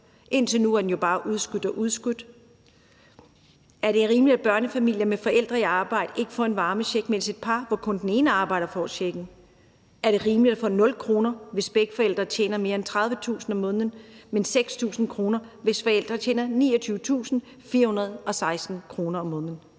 Indtil nu er den jo bare udskudt og udskudt. Er det rimeligt, at børnefamilier med forældre i arbejde ikke får en varmecheck, mens et par, hvor kun den ene arbejder, får checken? Er det rimeligt at få 0 kr., hvis begge forældre tjener mere end 30.000 kr. om måneden, men at man får 6.000 kr., hvis forældrene tjener 29.416 kr. om måneden?